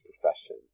profession